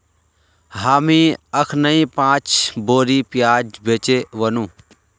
हामी अखनइ पांच बोरी प्याज बेचे व नु